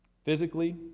Physically